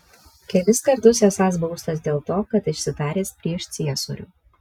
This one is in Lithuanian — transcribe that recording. kelis kartus esąs baustas dėl to kad išsitaręs prieš ciesorių